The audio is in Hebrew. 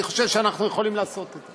אני חושב שאנחנו יכולים לעשות את זה.